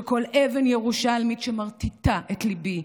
של כל אבן ירושלמית שמרטיטה את ליבי,